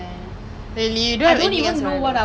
ya like meeting new friends sian